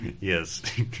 yes